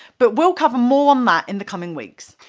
but we'll cover more on that in the coming weeks.